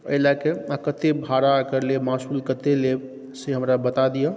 एहि लऽ कऽ कतेक भाड़ा एकर लेब मासूल कतेक लेब से हमरा बता दिअ